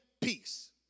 peace